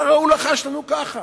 השר ההוא לחש לנו ככה.